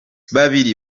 babiri